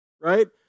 right